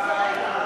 חוק להסדר